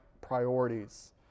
priorities